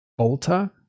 Bolta